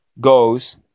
goes